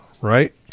right